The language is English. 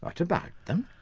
what about them?